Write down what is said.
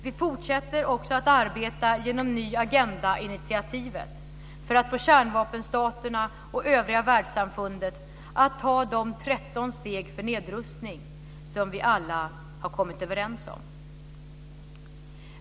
Vi fortsätter också att arbeta genom Ny-agenda-initiativet, för att få kärnvapenstaterna och övriga världssamfundet att ta de 13 steg för nedrustning som vi alla är överens om.